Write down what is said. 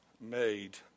made